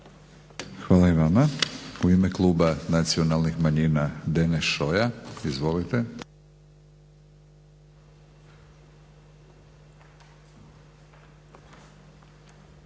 Hvala i vama. U ime Kluba nacionalnih manjina, Deneš Šoja. Izvolite.